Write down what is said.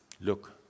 look